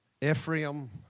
Ephraim